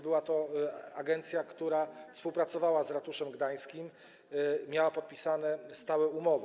Była to agencja, która współpracowała z ratuszem gdańskim, miała podpisane stałe umowy.